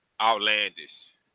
outlandish